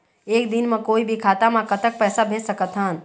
एक दिन म कोई भी खाता मा कतक पैसा भेज सकत हन?